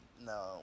no